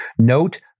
Note